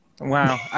wow